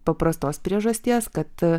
paprastos priežasties kad